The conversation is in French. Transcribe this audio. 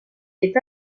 est